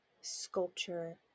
sculpture